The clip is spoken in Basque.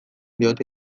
diote